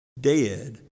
dead